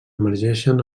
emergeixen